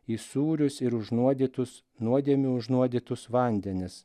į sūrius ir užnuodytus nuodėmių užnuodytus vandenis